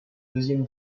deuxième